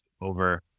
over